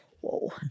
whoa